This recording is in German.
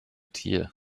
tier